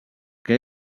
que